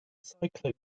cycling